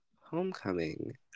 homecoming